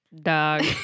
Dog